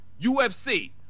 UFC